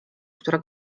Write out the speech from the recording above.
które